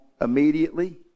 immediately